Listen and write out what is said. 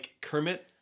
kermit